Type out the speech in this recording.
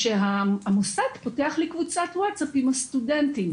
שהמוסד פותח לי קבוצת ווטסאפ עם הסטודנטים,